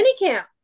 minicamp